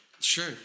sure